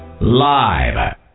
live